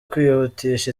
kwihutisha